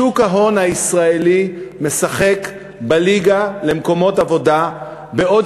שוק ההון הישראלי משחק בליגה למקומות עבודה בעוד